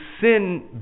sin